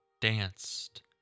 danced